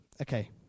Okay